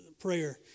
prayer